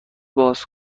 باز